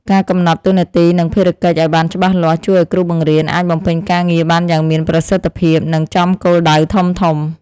ការកំណត់តួនាទីនិងភារកិច្ចឱ្យបានច្បាស់លាស់ជួយឱ្យគ្រូបង្រៀនអាចបំពេញការងារបានយ៉ាងមានប្រសិទ្ធភាពនិងចំគោលដៅធំៗ។